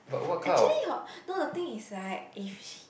actually hor no the thing is like if he